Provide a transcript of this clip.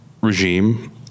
regime